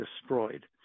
destroyed